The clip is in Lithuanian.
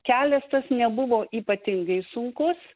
kelias tas nebuvo ypatingai sunkus